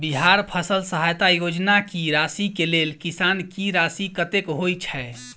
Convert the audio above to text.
बिहार फसल सहायता योजना की राशि केँ लेल किसान की राशि कतेक होए छै?